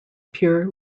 pure